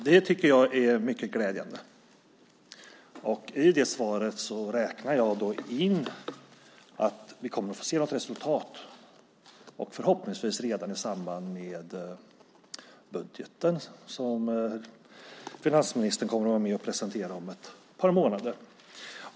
Fru talman! Det är mycket glädjande. I det svaret räknar jag då in att vi kommer att få se något resultat, förhoppningsvis redan i samband med den budget som finansministern kommer att presentera om ett par månader.